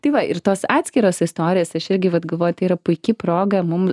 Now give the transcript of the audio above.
tai va ir tos atskiros istorijos aš irgi vat galvoju tai yra puiki proga mum